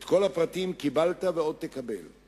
את כל הפרטים קיבלת, ועוד תקבל.